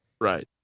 Right